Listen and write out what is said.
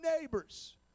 neighbors